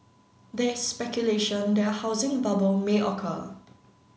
there is speculation that a housing bubble may occur